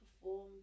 perform